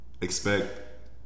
expect